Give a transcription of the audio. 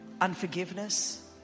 unforgiveness